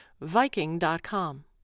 viking.com